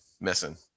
Missing